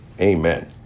Amen